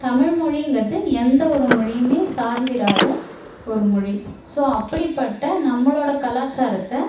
தமிழ் மொழிங்கிறது எந்த ஒரு மொழியுமே சார்ந்திராத ஒரு மொழி ஸோ அப்படிப்பட்ட நம்மளோட கலாச்சாரத்தை